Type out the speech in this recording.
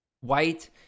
White